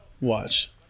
Watch